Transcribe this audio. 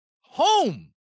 home